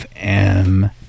FM